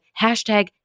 hashtag